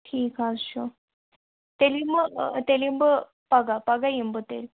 ٹھیٖک حظ چھُ تیٚلہِ یِمہٕ تیٚلہِ یِمہٕ بہٕ پَگا پَگاہ یِمہٕ بہٕ تیٚلہِ